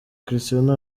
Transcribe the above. cristiano